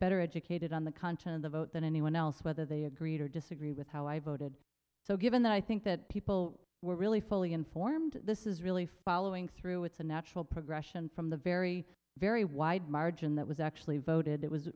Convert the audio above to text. better educated on the content of the vote than anyone else whether they agreed or disagree with how i voted so given that i think that people were really fully informed this is really following through with a natural progression from the very very wide margin that was actually voted it was